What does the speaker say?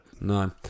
No